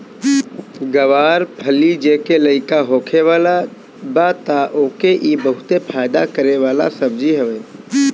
ग्वार फली जेके लईका होखे वाला बा तअ ओके इ बहुते फायदा करे वाला सब्जी हवे